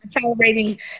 tolerating